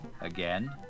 again